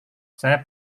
saya